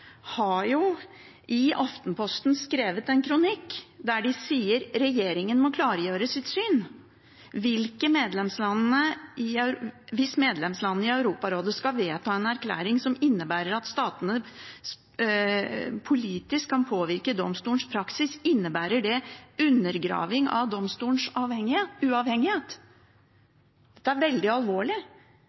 har skrevet en kronikk i Aftenposten der de sier at regjeringen må klargjøre sitt syn: «Hvis medlemslandene i Europarådet skulle vedta en erklæring som innebærer at statene politisk kan påvirke domstolens rettspraksis, innebærer det en undergraving av domstolens uavhengighet.» Det er veldig alvorlig.